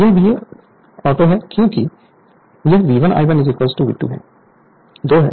यह VA auto है क्योंकि यह V1 I1 V2 I दो है